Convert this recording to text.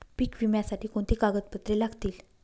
पीक विम्यासाठी कोणती कागदपत्रे लागतील?